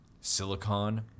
Silicon